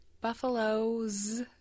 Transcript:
Buffaloes